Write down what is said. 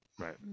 Right